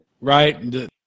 Right